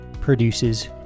produces